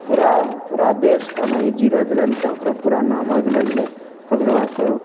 पूरा पूरा देश कऽ वही जीरो देलक तऽ ओकरो पूरा नाम हो गेलौ छलै ओकरो बाद फेरो